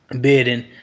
bidding